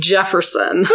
Jefferson